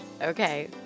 Okay